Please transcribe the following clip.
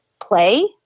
play